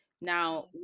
Now